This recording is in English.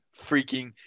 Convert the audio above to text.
freaking